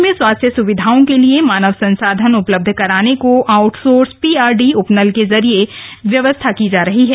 प्रदेश में स्वास्थ्य सुविधाओं के लिए मानव संसाधन उपलब्ध कराने को आउटसोर्स पीआरडी उपनल के जरिए व्यवस्था की जा रही है